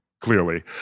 clearly